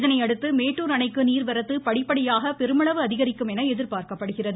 இதனையடுத்து மேட்டுர் அணைக்கு நீர்வரத்து படிப்படியாக பெருமளவு அதிகரிக்கும் என எதிர்பார்க்கப்படுகிறது